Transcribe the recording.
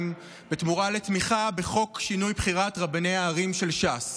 בתמורה לתמיכה בחוק שינוי בחירת רבני הערים של ש"ס.